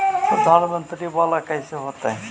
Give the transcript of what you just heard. प्रधानमंत्री मंत्री वाला कैसे होता?